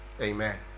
Amen